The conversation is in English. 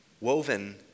Woven